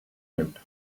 out